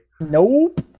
Nope